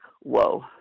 whoa